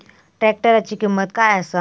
ट्रॅक्टराची किंमत काय आसा?